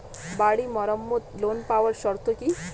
বাড়ি মেরামত ঋন পাবার শর্ত কি?